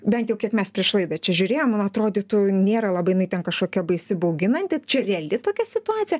bent jau kiek mes prieš laidą čia žiūrėjom atrodytų nėra labai jinai ten kažkokia baisi bauginanti čia reali tokia situacija